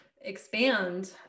expand